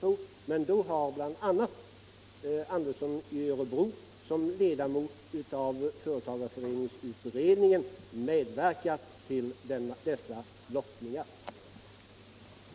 Om vi får lottningar har bl.a. herr Andersson i Örebro som ledamot av företagareföreningsutredningen medverkat till dessa. den det ej vill röstar nej. - den det ej vill röstar nej. den det ej vill röstar nej. den det ej vill röstar nej.